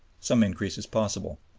some increase is possible.